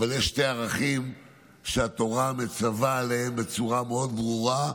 יש שני ערכים שהתורה מצווה עליהם בצורה מאוד ברורה,